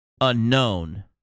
unknown